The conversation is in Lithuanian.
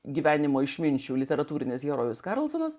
gyvenimo išminčių literatūrinis herojus karlsonas